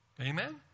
Amen